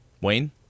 wayne